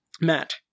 Matt